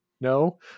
no